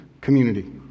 community